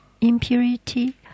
impurity